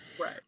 right